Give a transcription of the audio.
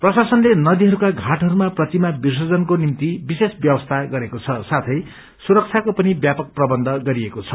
प्रशासनले नदीहरूका घटहरूमा प्रतिमा विर्सजनको निम्ति विशेष व्यवस्था गरेको छ साथै सुरक्षाको पनि व्रूपक प्रबन्ध गरिएको छ